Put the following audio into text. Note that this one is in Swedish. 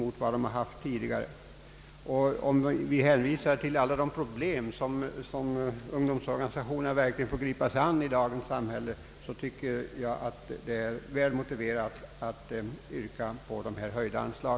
Med hänvisning till alla de problem som ungdomsorganisationerna verkligen får gripa sig an med i dagens samhälle tycker jag att det är väl motiverat att yrka på dessa höjda anslag.